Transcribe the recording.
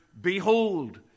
Behold